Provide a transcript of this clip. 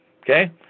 okay